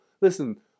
listen